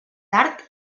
tard